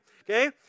Okay